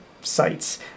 sites